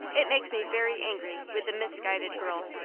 it makes me very angry with the misguided girl.